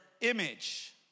image